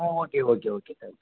ah okay okay okay